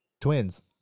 Twins